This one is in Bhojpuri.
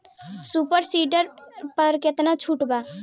सुपर सीडर पर केतना छूट बा?